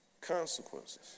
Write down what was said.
consequences